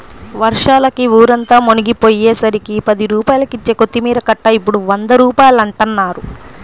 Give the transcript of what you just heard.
వర్షాలకి ఊరంతా మునిగిపొయ్యేసరికి పది రూపాయలకిచ్చే కొత్తిమీర కట్ట ఇప్పుడు వంద రూపాయలంటన్నారు